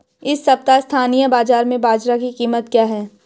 इस सप्ताह स्थानीय बाज़ार में बाजरा की कीमत क्या है?